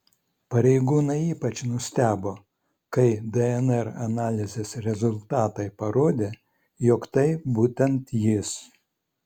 pareigūnai ypač nustebo kai dnr analizės rezultatai parodė jog tai būtent jis